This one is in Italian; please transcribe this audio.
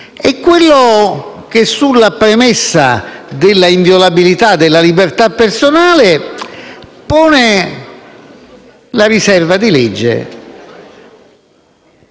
articolo, sulla premessa dell'inviolabilità della libertà personale, pone la riserva di legge